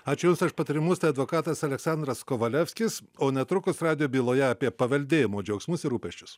ačiū jums aš patarimus tai advokatas aleksandras kovalevskis o netrukus radijo byloje apie paveldėjimo džiaugsmus ir rūpesčius